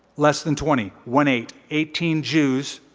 less than twenty, one eight, eighteen jews.